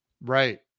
Right